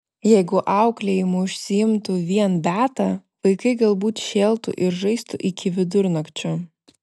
jeigu auklėjimu užsiimtų vien beata vaikai galbūt šėltų ir žaistų iki vidurnakčio